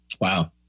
Wow